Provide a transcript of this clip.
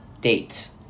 dates